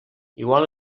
igual